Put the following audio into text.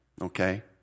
okay